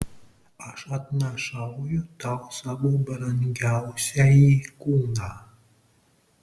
aš atnašauju tau savo brangiausiąjį kūną